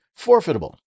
forfeitable